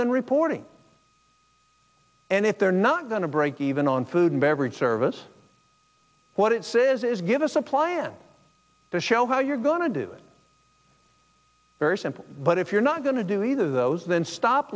than reporting and if they're not going to break even on food and beverage service what it says is give us a pliant to show how you're going to do it very simple but if you're not going to do either of those then stop